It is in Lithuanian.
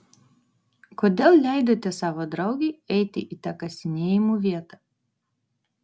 kodėl leidote savo draugei eiti į tą kasinėjimų vietą